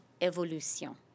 évolution